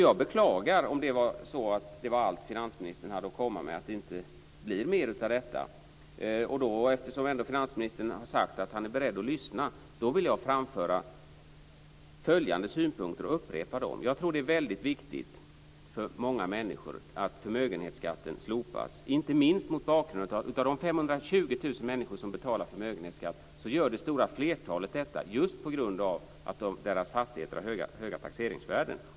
Jag beklagar om det var allt finansministern hade att komma med. Eftersom finansministern har sagt att han är beredd att lyssna vill jag upprepa följande synpunkter. Det är viktigt för många människor att förmögenhetsskatten slopas, inte minst mot bakgrund av att det stora flertalet av de 520 000 människor som betalar förmögenhetsskatt gör det på grund av att deras fastigheter har höga taxeringsvärden.